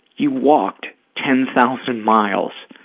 you walked ten thousand miles.